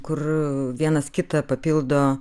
kur vienas kitą papildo